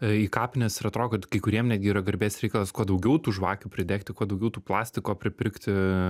į kapines ir atrodo kad kai kuriem netgi yra garbės reikalas kuo daugiau tų žvakių pridegti kuo daugiau tų plastiko pripirkti